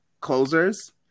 closers